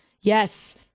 Yes